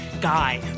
guy